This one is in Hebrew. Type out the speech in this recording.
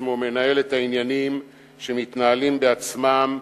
עצמו מנהל את העניינים שמתנהלים בעצמם.